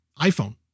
iPhone